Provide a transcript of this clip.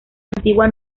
antigua